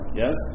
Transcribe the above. yes